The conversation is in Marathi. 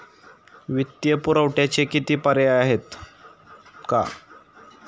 वित्तीय पुरवठ्याचे किती पर्याय आहेत का?